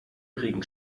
regen